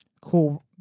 cool